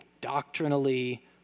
doctrinally